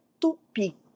Tupi